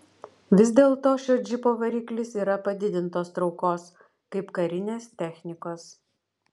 vis dėlto šio džipo variklis yra padidintos traukos kaip karinės technikos